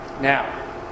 Now